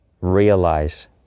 Realize